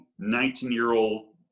19-year-old